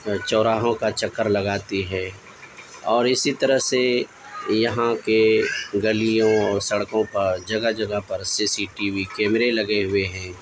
چوراہوں کا چکر لگاتی ہے اور اسی طرح سے یہاں کے گلیوں اور سڑکوں پر جگہ جگہ پر سی سی ٹی وی کیمرے لگے ہوئے ہیں